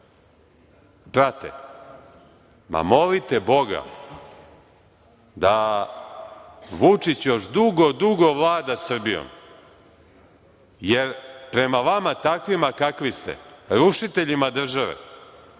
prate, ma, molite Boga da Vučić još dugo, dugo vlada Srbijom, jer prema vama, takvima kakvi ste, rušiteljima države,